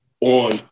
on